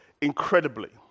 incredibly